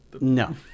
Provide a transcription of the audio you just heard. No